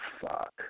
fuck